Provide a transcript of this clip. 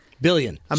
Billion